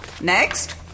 Next